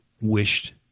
wished